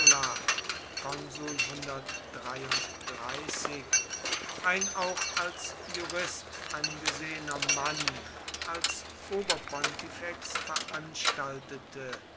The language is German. ein auch als jurist angesehener mann als oberpontifex veranstaltete